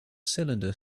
cylinder